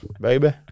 baby